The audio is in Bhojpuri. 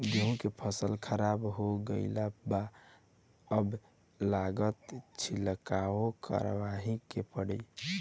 गेंहू के फसल खराब हो गईल बा अब लागता छिड़काव करावही के पड़ी